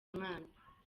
mwana